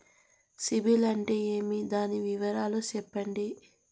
సిబిల్ అంటే ఏమి? దాని వివరాలు సెప్పండి?